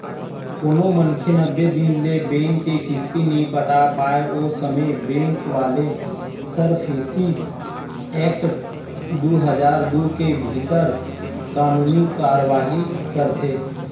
कोनो मनखे नब्बे दिन ले बेंक के किस्ती नइ पटा पाय ओ समे बेंक वाले सरफेसी एक्ट दू हजार दू के भीतर कानूनी कारवाही करथे